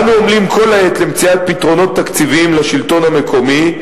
אנו עמלים כל העת למציאת פתרונות תקציביים לשלטון המקומי.